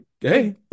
Hey